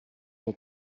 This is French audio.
son